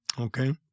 Okay